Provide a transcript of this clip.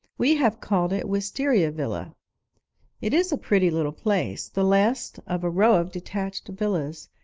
we have called it wistaria villa it is a pretty little place, the last of a row of detached villas,